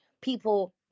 people